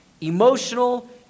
emotional